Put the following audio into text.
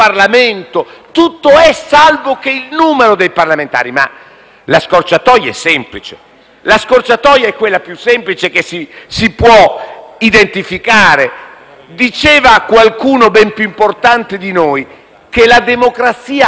dunque, salvo che il numero dei parlamentari. Ma la scorciatoia è quella più semplice che si può identificare. Diceva qualcuno ben più importante di noi che la democrazia serve